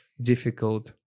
difficult